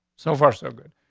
so far, so good.